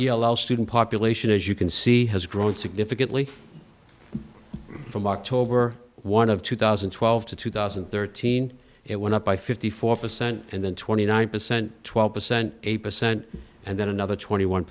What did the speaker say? our student population as you can see has grown significantly from october one of two thousand and twelve to two thousand and thirteen it went up by fifty four percent and then twenty nine percent twelve percent eight percent and then another twenty one